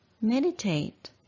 meditate